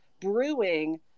brewing